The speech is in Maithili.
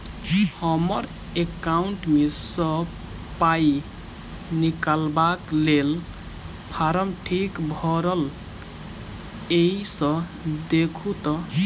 हम्मर एकाउंट मे सऽ पाई निकालबाक लेल फार्म ठीक भरल येई सँ देखू तऽ?